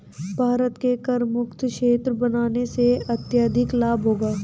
भारत को करमुक्त क्षेत्र बनाने से अत्यधिक लाभ होगा